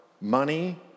money